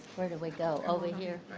where do we go, over here?